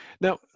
Now